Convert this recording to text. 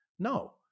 No